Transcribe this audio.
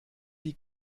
die